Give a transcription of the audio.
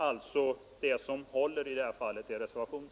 Det enda som håller i det här fallet är reservationen.